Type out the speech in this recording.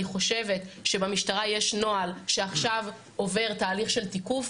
אני חושבת שבמשטרה יש נוהל שעכשיו עובר תהליך של תיקוף,